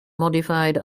modified